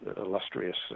illustrious